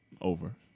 over